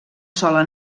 sola